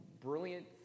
brilliant